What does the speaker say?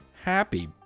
happy